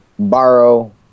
Borrow